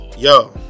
Yo